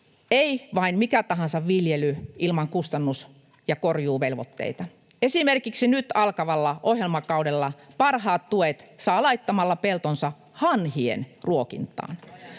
ei vain mikä tahansa viljely ilman kustannus- ja korjuuvelvoitteita. Esimerkiksi nyt alkavalla ohjelmakaudella parhaat tuet saa laittamalla peltonsa hanhien ruokintaan.